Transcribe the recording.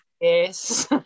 Yes